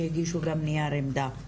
שהגישו גם נייר עמדה.